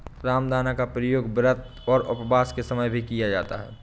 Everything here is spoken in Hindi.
रामदाना का प्रयोग व्रत और उपवास के समय भी किया जाता है